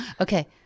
Okay